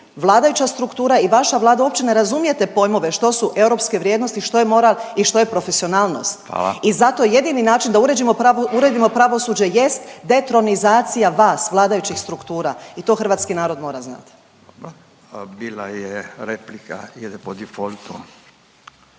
vladajuća struktura i vaša Vlada uopće ne razumijete pojmove što su europske vrijednosti, što je moral i što je profesionalnost…/Upadica Radin: Hvala./…i zato je jedini način da uredimo pravosuđe jest detronizacija vas vladajućih struktura i to hrvatski narod mora znati. **Radin, Furio